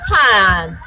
time